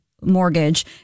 mortgage